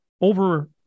over